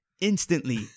Instantly